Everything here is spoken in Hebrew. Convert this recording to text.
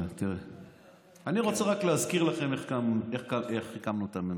אני רוצה רק להזכיר לכם איך הקמנו את הממשלה: